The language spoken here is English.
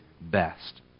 best